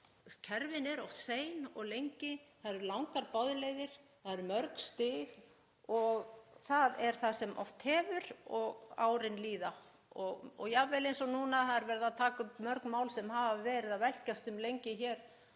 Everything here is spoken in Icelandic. Kerfin eru oft sein og það eru langar boðleiðir, það eru mörg stig og það er það sem oft hefur gerst og árin líða. Jafnvel eins og núna, það er verið að taka upp mörg mál sem hafa verið að velkjast um lengi hér